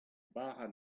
bara